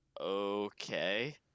Okay